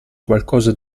qualcosa